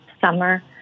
summer